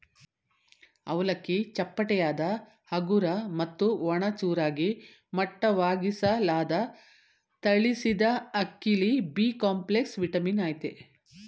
ಅವಲಕ್ಕಿ ಚಪ್ಪಟೆಯಾದ ಹಗುರ ಮತ್ತು ಒಣ ಚೂರಾಗಿ ಮಟ್ಟವಾಗಿಸಲಾದ ತಳಿಸಿದಅಕ್ಕಿಲಿ ಬಿಕಾಂಪ್ಲೆಕ್ಸ್ ವಿಟಮಿನ್ ಅಯ್ತೆ